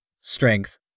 strength